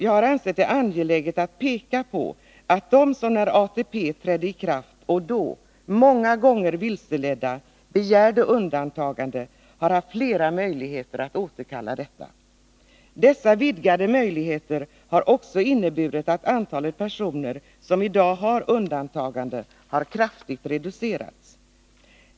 Jag har ansett det angeläget att peka på att de som när ATP trädde i kraft begärde undantagande — många gånger vilseledda — har haft flera möjligheter att återkalla detta. Dessa vidgade möjligheter har också inneburit att antalet personer som i dag har undantagande kraftigt har reducerats.